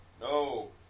No